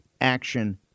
action